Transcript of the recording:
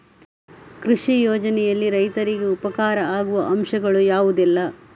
ಕೃಷಿ ಯೋಜನೆಯಲ್ಲಿ ರೈತರಿಗೆ ಉಪಕಾರ ಆಗುವ ಅಂಶಗಳು ಯಾವುದೆಲ್ಲ?